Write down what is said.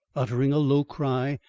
uttering a low cry,